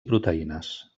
proteïnes